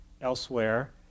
elsewhere